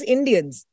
Indians